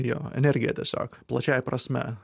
jo energiją tiesiog plačiąja prasme